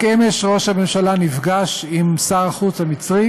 רק אמש ראש הממשלה נפגש עם שר החוץ המצרי